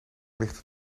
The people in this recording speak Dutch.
ligt